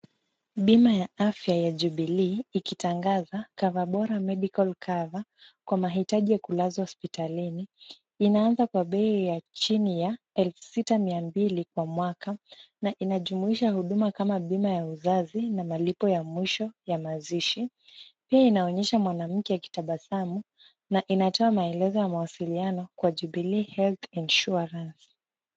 Bima ya afya ya Jubilee, ikitangaza Cover Bora Medical Cover, kwa mahitaji ya kulazwa hospitalini, inaanza kwa bei ya chini ya elfu sita mia mbili kwa mwaka, na inajumuisha huduma kama bima ya uzazi na malipo ya mwisho ya mazishi, pia inaonyesha mwanamke akitabasamu na inatoa maelezo ya mawasiliano kwa Jubilee Health Insurance.